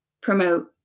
promote